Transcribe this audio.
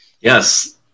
Yes